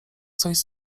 coś